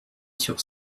sur